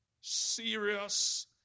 serious